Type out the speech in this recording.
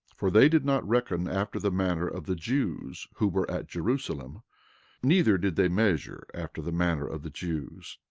for they did not reckon after the manner of the jews who were at jerusalem neither did they measure after the manner of the jews